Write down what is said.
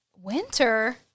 Winter